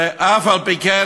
ואף על פי כן,